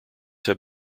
have